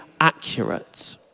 accurate